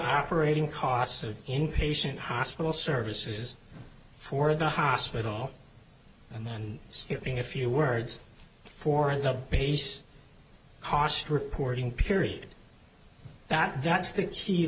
operating costs of inpatient hospital services for the hospital and it's being a few words for the base hotshot reporting period that that's the key